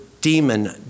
demon